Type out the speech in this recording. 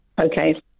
Okay